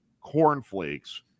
cornflakes